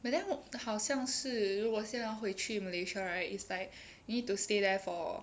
but then 好像是如果现在回去 malaysia right is like you need to stay there for